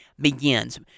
begins